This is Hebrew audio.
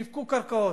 שיווקו קרקעות.